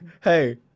hey